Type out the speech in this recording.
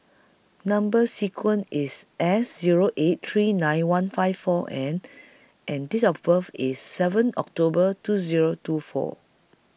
Number sequence IS S Zero eight three nine one five four N and Date of birth IS seven October two Zero two four